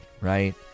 Right